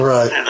Right